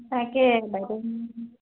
তাকে বাইদেউ